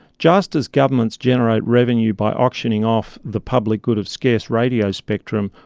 just as governments generate revenue by auctioning off the public good of scarce radio spectrum,